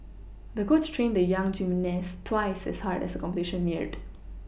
the coach trained the young gymnast twice as hard as the competition neared